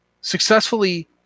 successfully